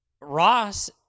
Ross